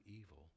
evil